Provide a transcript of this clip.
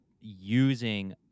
using